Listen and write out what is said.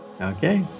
Okay